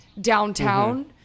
downtown